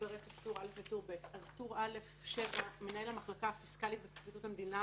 טור א' טור ב' "(7) מנהל המחלקה הפיסקלית בפרקליטות המדינה